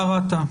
כן.